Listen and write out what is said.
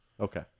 Okay